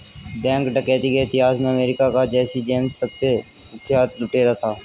bank डकैती के इतिहास में अमेरिका का जैसी जेम्स सबसे कुख्यात लुटेरा था